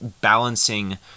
balancing